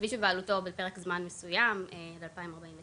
הכביש בבעלותו של הזכיין לפרק זמן מסוים, עד 2049,